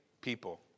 people